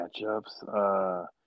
matchups